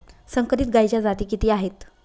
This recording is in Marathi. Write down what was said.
संकरित गायीच्या जाती किती आहेत?